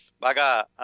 baga